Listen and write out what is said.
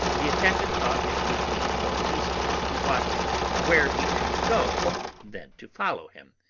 the attendant thought it would be more useful to watch where he should go than to follow him,